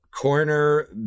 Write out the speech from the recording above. corner